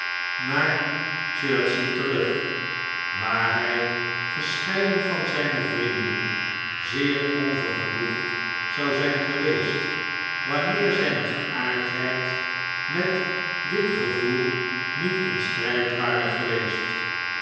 naar chertsey terug waar hij gescheiden van zijne vrienden zeer onvergenoegd zou zijn geweest wanneer zijne geaardheid met dit gevoel niet in strijd ware geweest